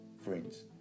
friends